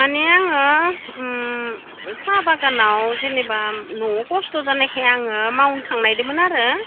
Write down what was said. माने आङो साहा बागानाव जेनोबा न'आव खस्थ' जानायखाय आङो मावनो थांनो नागिरदोंमोन आरो